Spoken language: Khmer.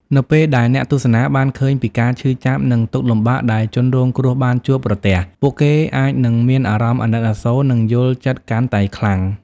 នៅពេលដែលអ្នកទស្សនាបានឃើញពីការឈឺចាប់ និងទុក្ខលំបាកដែលជនរងគ្រោះបានជួបប្រទះ ពួកគេអាចនឹងមានអារម្មណ៍អាណិតអាសូរ និងយល់ចិត្តកាន់តែខ្លាំង។